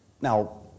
Now